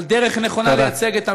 על דרך נכונה לייצג את המדינה,